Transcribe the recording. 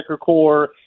core